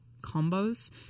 combos